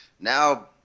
Now